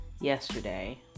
yesterday